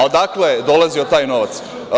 Odakle je dolazio taj novac?